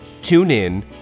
TuneIn